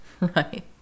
Right